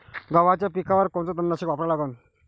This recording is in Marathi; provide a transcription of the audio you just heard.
गव्हाच्या पिकावर कोनचं तननाशक वापरा लागन?